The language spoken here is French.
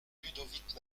ludovic